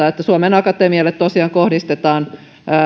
että suomen akatemialle tosiaan kohdistetaan